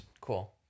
Cool